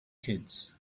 kids